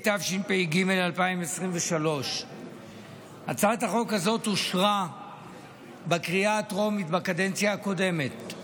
התשפ"ג 2023. הצעת החוק הזאת אושרה בקריאה הטרומית בקדנציה הקודמת.